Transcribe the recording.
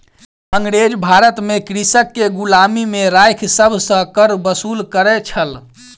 अँगरेज भारत में कृषक के गुलामी में राइख सभ सॅ कर वसूल करै छल